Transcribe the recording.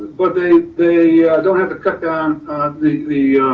but they they don't have to cut down the.